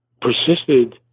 persisted